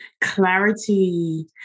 Clarity